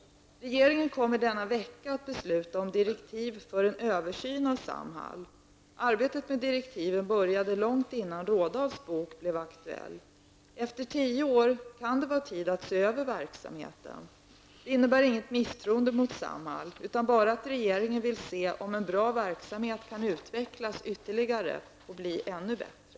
Regeringen kommer denna vecka att besluta om direktiv för en översyn av Samhall. Arbetet med direktiven började långt innan Rådahls bok blev aktuell. Efter tio år kan det vara tid att se över verksamheten. Det innebär inget misstroende mot Samhall utan bara att regeringen vill se om en bra verksamhet kan utvecklas ytterligare och bli ännu bättre.